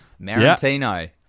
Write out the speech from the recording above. Marantino